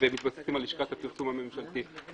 בהתבסס על לשכת הפרסום הממשלתית.